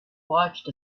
watched